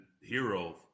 Hero